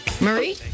Marie